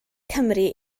cymru